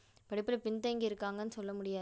படிப்பில் பின் தங்கி இருக்காங்கன்னு சொல்ல முடியாது